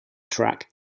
track